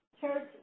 church